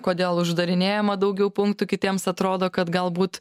kodėl uždarinėjama daugiau punktų kitiems atrodo kad galbūt